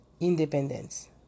independence